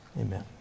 amen